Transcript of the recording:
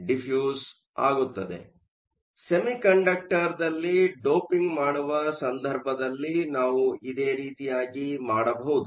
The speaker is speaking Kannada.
ಆದ್ದರಿಂದ ಸೆಮಿಕಂಡಕ್ಟರ್ದಲ್ಲಿ ಡೋಪಿಂಗ್ ಮಾಡುವ ಸಂದರ್ಭದಲ್ಲಿ ನಾವು ಇದೇ ರೀತಿಯಾಗಿ ಮಾಡಬಹುದು